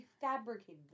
fabricated